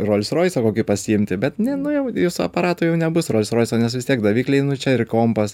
rols roisą kokį pasiimti bet ne nu jau su aparatu jau nebus rols roiso nes vis tiek davikliai nu čia ir kompas